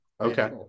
okay